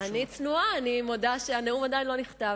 אני צנועה, אני מודה שהנאום עדיין לא נכתב.